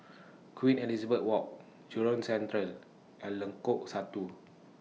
Queen Elizabeth Walk Jurong Central and Lengkong Satu